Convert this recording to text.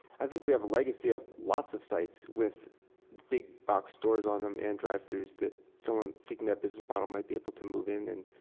i think we have a legacy of lots of sites with big-boxer stores on them and drive throughs that someone seeking that business model might be able to move in and